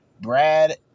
Brad